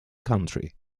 country